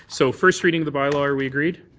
so first reading of the bylaw are we agreed?